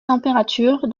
température